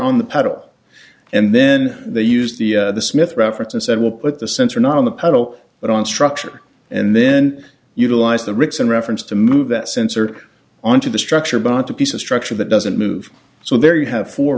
on the pedal and then they use the smith reference and said we'll put the sensor not on the pedal but on structure and then utilize the ricks in reference to move that sensor onto the structure bought a piece of structure that doesn't move so there you have four